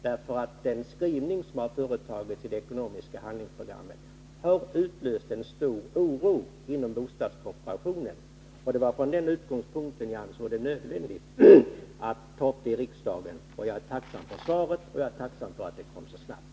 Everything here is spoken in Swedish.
Regeringens skrivning i det ekonomiska handlingsprogrammet har utlöst stor oro inom bostadskooperationen. Det var också från den utgångspunkten som jag ansåg det nödvändigt att ta upp frågan här i kammaren. Jag är, som sagt, tacksam för svaret och för att det kom så snabbt.